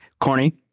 Corny